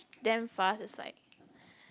damn fast it's like